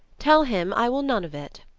tell him i will none of it.